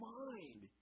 mind